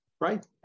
right